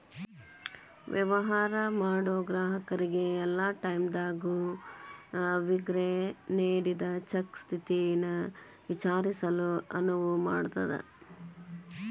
ವ್ಯವಹಾರ ಮಾಡೋ ಗ್ರಾಹಕರಿಗೆ ಯಲ್ಲಾ ಟೈಮದಾಗೂ ಅವ್ರಿಗೆ ನೇಡಿದ್ ಚೆಕ್ ಸ್ಥಿತಿನ ವಿಚಾರಿಸಲು ಅನುವು ಮಾಡ್ತದ್